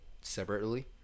separately